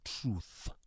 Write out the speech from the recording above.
truth